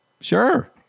Sure